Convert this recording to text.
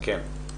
כן.